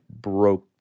broke